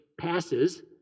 passes